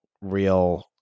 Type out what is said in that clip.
real